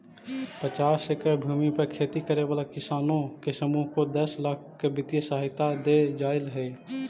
पचास एकड़ भूमि पर खेती करे वाला किसानों के समूह को दस लाख की वित्तीय सहायता दे जाईल हई